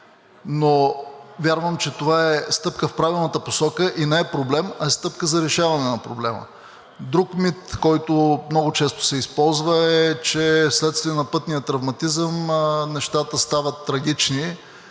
Вярвам, че това е стъпка в правилната посока, и не е проблем, а е стъпка за решаване на проблема. Друг мит, който много често се използва, е, че вследствие на пътния травматизъм нещата стават трагични.